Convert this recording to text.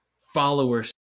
followers